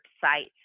sites